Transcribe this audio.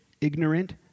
ignorant